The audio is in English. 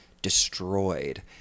destroyed